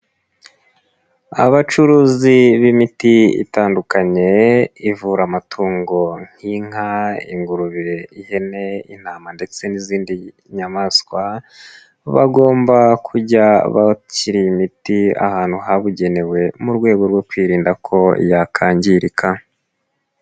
Abacuruzi b'imiti itandukanye ivura amatungo nk'inka, ingurube, ihene, intama ndetse n'izindi nyamaswa, bagomba kujya bakira imiti ahantu habugenewe mu rwego rwo kwirinda ko yakangirika.